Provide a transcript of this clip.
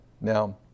Now